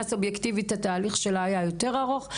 סובייקטיבית התהליך שלה היה יותר ארוך.